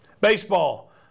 Baseball